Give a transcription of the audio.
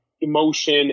Emotion